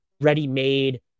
ready-made